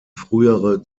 frühere